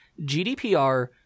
GDPR